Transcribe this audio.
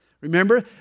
Remember